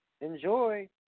enjoy